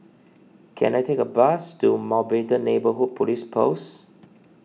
can I take a bus to Mountbatten Neighbourhood Police Post